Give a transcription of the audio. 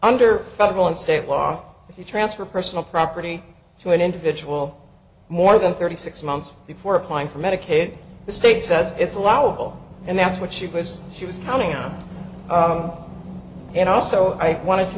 under federal and state law if you transfer personal property to an individual more than thirty six months before applying for medicaid the state says it's allowable and that's what she was she was counting on and also i wanted to